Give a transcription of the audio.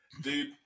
dude